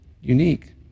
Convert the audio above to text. unique